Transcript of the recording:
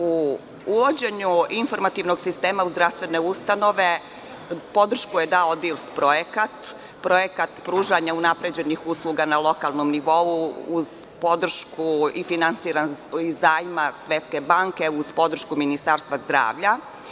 Uvođenjem informativnog sistema u zdravstvene ustanove podršku je dao DILS projekat, Projekat pružanja unapređenih usluga na lokalnom nivou uz podršku finansiranu iz zajma Svetske banke, uz podršku Ministarstva zdravlja.